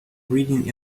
reading